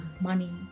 money